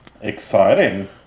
Exciting